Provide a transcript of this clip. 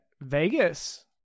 Vegas